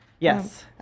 Yes